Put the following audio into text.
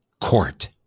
court